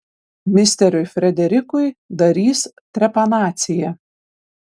misteriui frederikui darys trepanaciją